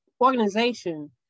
organization